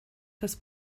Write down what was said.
das